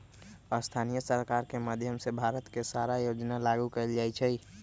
स्थानीय सरकार के माधयम से भारत के सारा योजना लागू कएल जाई छई